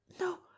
No